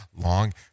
long